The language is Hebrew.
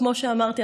כמו שאמרתי,